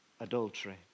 adultery